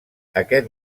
aquest